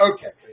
Okay